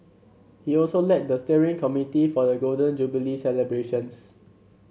he also led the steering committee for the Golden Jubilee celebrations